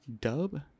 Dub